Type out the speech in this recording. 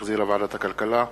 שהחזירה ועדת הכלכלה.